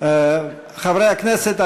חברי הכנסת,